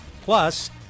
Plus